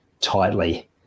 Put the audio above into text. tightly